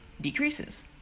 decreases